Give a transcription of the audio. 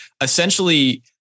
essentially